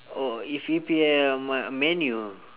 oh if E_P_L my man U